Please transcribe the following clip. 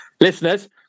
listeners